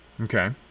Okay